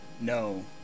No